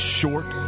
short